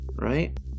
right